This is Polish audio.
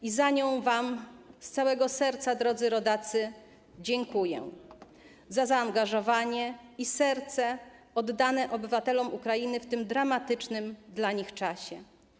I za nią z całego serca wam, drodzy rodacy, dziękuję, za zaangażowanie i serce oddane obywatelom Ukrainy w tym dramatycznym dla nich czasie.